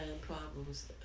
problems